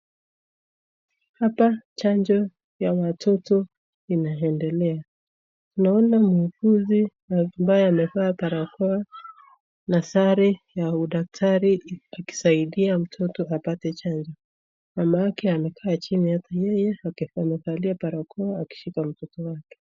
Hapa chanjo ya watoto inaendelea naona muuguzi ambaye amevaa barakoa na sare ya udaktari akisaidia mtoto apate chanjo. Mamake amekaa chini akivalia barakoa akishika mtoto wake.